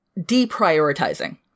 deprioritizing